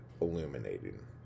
illuminating